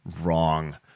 wrong